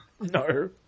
No